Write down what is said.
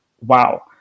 wow